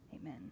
Amen